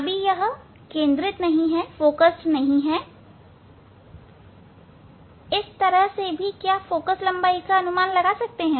अभी यह केंद्रित नहीं है इस तरह से भी क्या कोई फोकल लंबाई का अनुमान लगा सकता है